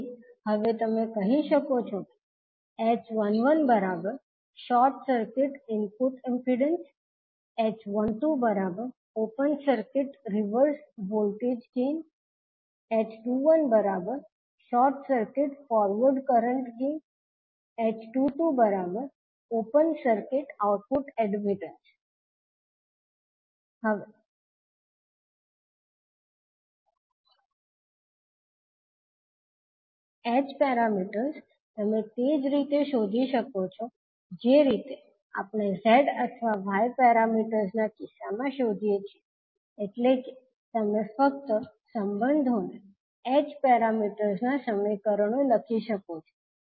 તેથી હવે તમે કહી શકો છો કે h11 short circuit input impedance h12 open circuit reverse voltage gain h21 short circuit forward current gain h22 open circuit output admittance હવે h પેરામીટર્સ તમે તે જ રીતે શોધી શકો છો જે રીતે આપણે z અથવા y પેરામીટર્સ ના કિસ્સામાં શોધીએ છીએ એટલે કે તમે ફક્ત સંબંધોને h પેરામીટર્સ ના સમીકરણો લખી શકો છો